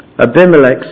Abimelech